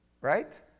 Right